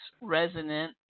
resonant